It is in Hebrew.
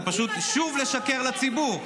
זה פשוט שוב לשקר לציבור.